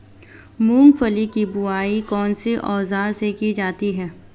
मूंगफली की बुआई कौनसे औज़ार से की जाती है?